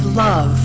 love